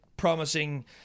Promising